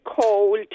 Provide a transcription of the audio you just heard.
cold